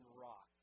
rock